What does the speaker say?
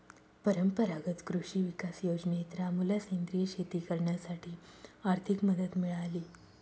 परंपरागत कृषी विकास योजनेत रामूला सेंद्रिय शेती करण्यासाठी आर्थिक मदत मिळाली